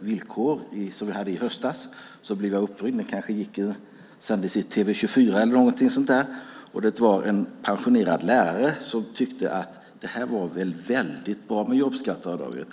villkor som vi hade i höstas - den kanske sändes i SVT 24 - blev jag uppringd av en pensionerad lärare som tyckte att det var väldigt bra med jobbskatteavdraget.